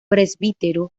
presbítero